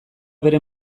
bere